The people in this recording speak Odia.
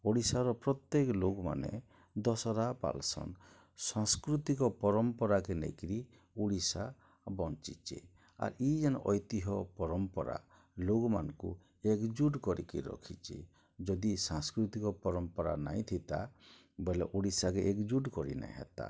ଓଡ଼ିଶାର ପ୍ରତ୍ୟେକ ଲୋକମାନେ ଦଶହରା ପାଳ୍ସନ ସଂସ୍କୃତିକ ପରମ୍ପରା କେ ନେଇକିରି ଓଡ଼ିଶା ବଞ୍ଚିଛେ ଆର୍ ଇ ଯେନ୍ ଐତିହ ପରମ୍ପରା ଲୋକମାନଙ୍କୁ ଏକଜୁଟ କରିକି ରଖିଛେ ଯଦି ଏ ସାଂସ୍କୃତିକ ପରମ୍ପରା ନାଇଁ ଥିତା ବଇଲେ ଓଡ଼ିଶାକେ ଏକଜୁଟ କରିନେଇ ହେତା